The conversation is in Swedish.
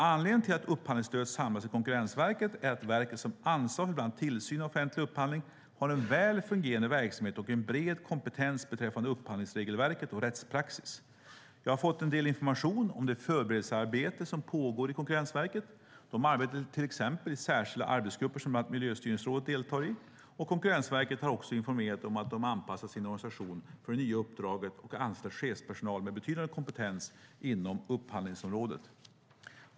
Anledningen till att upphandlingsstödet samlas i Konkurrensverket är att verket som ansvarigt för bland annat tillsynen av offentlig upphandling har en väl fungerande verksamhet och en bred kompetens beträffande upphandlingsregelverket och rättspraxis. Jag har fått en del information om det föreberedelsearbete som pågår i Konkurrensverket. De arbetar till exempel i särskilda arbetsgrupper som bland annat Miljöstyrningsrådet deltar i. Konkurrensverket har också informerat om att de anpassat sin organisation för det nya uppdraget och anställt chefspersonal med betydande kompetens inom upphandlingsområdet.